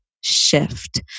shift